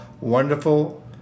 wonderful